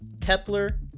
Kepler